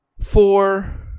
four